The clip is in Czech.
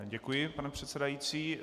Děkuji, pane předsedající.